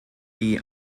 die